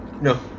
No